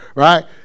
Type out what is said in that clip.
Right